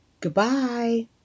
Goodbye